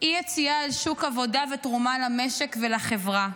אי-יציאה אל שוק עבודה ותרומה למשק ולחברה.